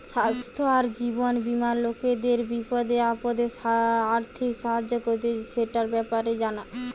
স্বাস্থ্য আর জীবন বীমা লোকদের বিপদে আপদে আর্থিক সাহায্য করতিছে, সেটার ব্যাপারে জানা